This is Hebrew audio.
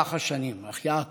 במהלך השנים, אך יעקב